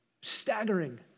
Staggering